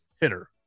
hitter